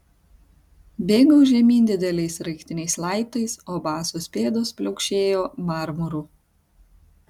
bėgau žemyn dideliais sraigtiniais laiptais o basos pėdos pliaukšėjo marmuru